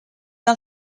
del